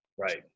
Right